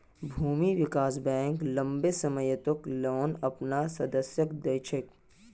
भूमि विकास बैंक लम्बी सम्ययोत लोन अपनार सदस्यक दी छेक